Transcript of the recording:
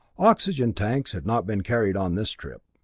oxygen tanks had not been carried on this trip.